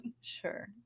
Sure